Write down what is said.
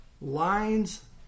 lines